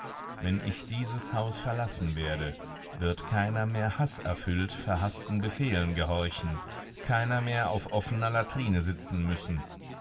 wenn ich dieses haus verlassen werde wird keiner mehr haßerfüllt verhaßten befehlen gehorchen keiner mehr auf offener latrine sitzen müssen